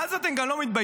ואז אתם גם לא מתביישים,